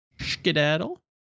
skedaddle